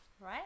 right